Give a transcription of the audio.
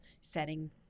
setting